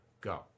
Go